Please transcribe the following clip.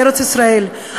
בארץ-ישראל,